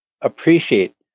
appreciate